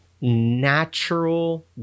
natural